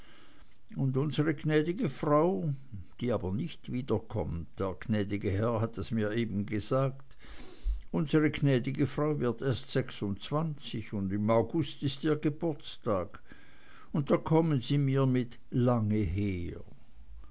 und unsre gnäd'ge frau die aber nicht wiederkommt der gnäd'ge herr hat es mir eben gesagt unsre gnäd'ge frau wird erst sechsundzwanzig und im august ist ihr geburtstag und da kommen sie mir mit lange her